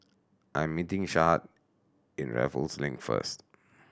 I am meeting Shad in Raffles Link first